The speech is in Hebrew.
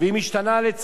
לפי הזמנים,